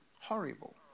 Horrible